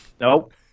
Nope